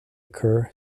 occur